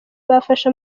bafashe